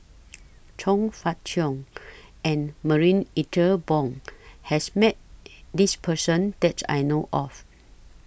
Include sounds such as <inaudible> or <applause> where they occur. <noise> Chong Fah Cheong and Marie Ethel Bong has Met This Person that I know of